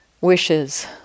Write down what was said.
wishes